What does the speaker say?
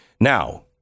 Now